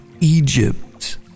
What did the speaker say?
Egypt